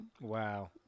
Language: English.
Wow